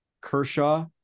Kershaw